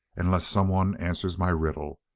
unless someone answers my riddle,